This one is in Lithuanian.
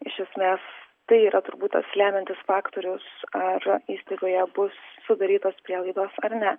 iš esmės tai yra turbūt tas lemiantis faktorius ar įstaigoje bus sudarytos prielaidos ar ne